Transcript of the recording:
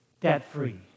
debt-free